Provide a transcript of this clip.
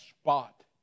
spot